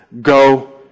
go